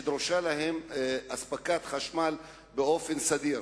שדרושה להם אספקת חשמל באופן סדיר.